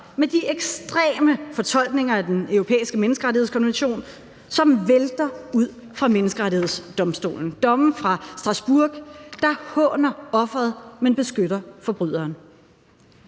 med de ekstreme fortolkninger af Den Europæiske Menneskerettighedskonvention, som vælter ud fra Menneskerettighedsdomstolen – domme fra Strasbourg, der håner offeret, men beskytter forbryderen.